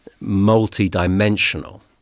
multi-dimensional